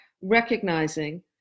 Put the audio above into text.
recognizing